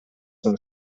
sono